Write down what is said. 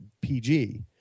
PG